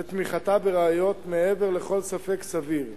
ותמיכתה בראיות מעבר לכל ספק סביר.